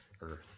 earth